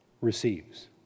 receives